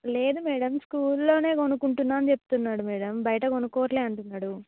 లేదు మేడం స్కూల్లోనే కొనుక్కుంటున్నాను అని చెప్తున్నాడు మేడం బయట కొనుక్కోవట్లేదు అంటున్నాడు